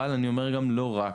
אבל אני אומר גם לא רק.